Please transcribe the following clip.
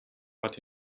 but